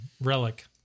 relic